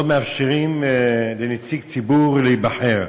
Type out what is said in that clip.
לא מאפשרות לנציג ציבור להיבחר.